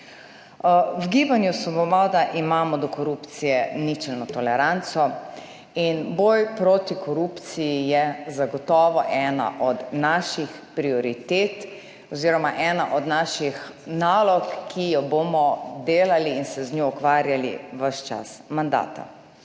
V Gibanju svoboda imamo do korupcije ničelno toleranco. In boj proti korupciji je zagotovo ena od naših prioritet oziroma ena od naših nalog, ki jo bomo delali in se z njo ukvarjali ves čas mandata.